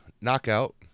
knockout